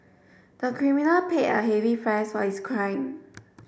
the criminal paid a heavy price for his crime